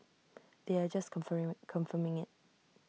they are just confirm confirming IT